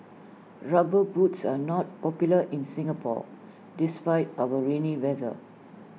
rubber boots are not popular in Singapore despite our rainy weather